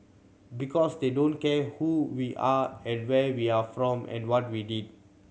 because they don't care who we are and where we are from and what we did